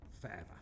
forever